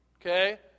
okay